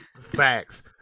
Facts